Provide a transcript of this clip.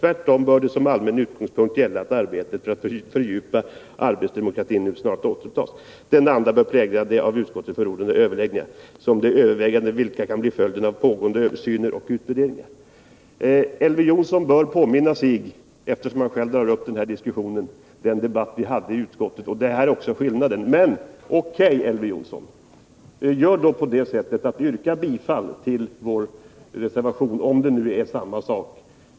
Tvärtom bör det som allmän utgångspunkt gälla att arbetet för att fördjupa arbetsdemokratin snarast återupptas. Denna anda bör prägla de av utskottet förordade överläggningarna liksom de överväganden vilka kan bli följden av nu pågående översyner och utredningar. Elver Jonsson bör påminna sig, eftersom han själv drar upp den här diskussionen, den debatt vi hade i utskottet. Det är också här skillnaden ligger. Men, 0.K., Elver Jonsson! Yrka bifall till vår reservation, om det nu är samma sak.